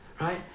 right